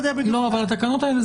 אבל התקנות האלה,